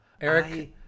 Eric